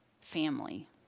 family